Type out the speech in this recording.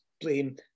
blame